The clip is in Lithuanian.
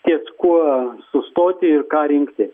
ties kuo sustoti ir ką rinkti